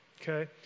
okay